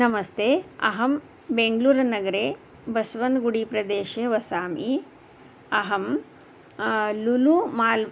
नमस्ते अहं बेङ्ग्लूरुनगरे बस्वन्गुडिप्रदेशे वसामि अहं लुलु माल्